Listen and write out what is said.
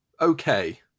okay